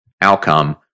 outcome